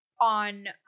on